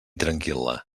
tranquil·la